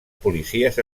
policies